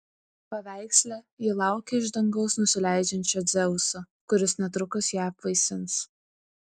paveiksle ji laukia iš dangaus nusileidžiančio dzeuso kuris netrukus ją apvaisins